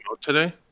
today